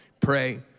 Pray